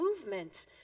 movement